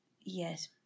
Yes